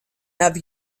have